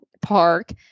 park